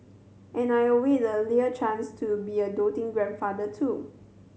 and I await earlier chance to be a doting grandfather too